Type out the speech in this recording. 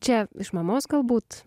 čia iš mamos galbūt